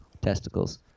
Testicles